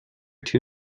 two